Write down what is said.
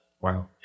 Wow